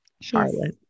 Charlotte